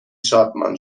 شادمان